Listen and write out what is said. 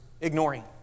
ignoring